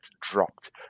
dropped